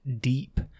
deep